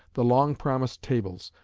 the long promised tables,